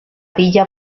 villa